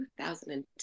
2002